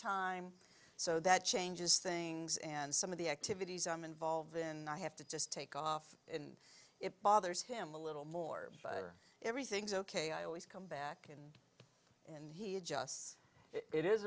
time so that changes things and some of the activities i'm involved in i have to just take off and it bothers him a little more or everything's ok i always come back and and he adjusts it is